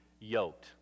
yoked